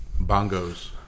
bongos